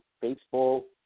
baseball